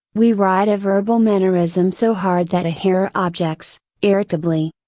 we ride a verbal mannerism so hard that a hearer objects, irritably.